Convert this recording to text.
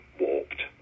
warped